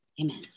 Amen